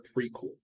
prequel